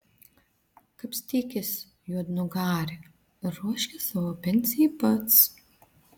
kapstykis juodnugari ir ruoškis savo pensijai pats